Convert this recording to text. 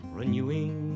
renewing